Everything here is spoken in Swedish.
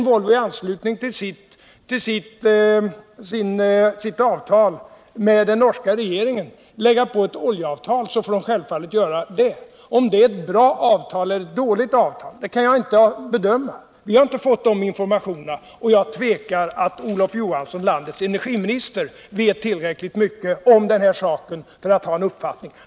Vill sedan Volvo till sitt avtal med den norska regeringen lägga ct oljeavtal, så får Volvo självfallet göra det. Om det är ett bra celler ett dåligt avtal kan inte jag bedöma; vi har inte fått de informationer som skulle behövas för en sådan bedömning. Jag tvivlar på att Olorl Johansson, landets energiminister, vet tillräckligt mycket om den här saken för att ha en uppfattning.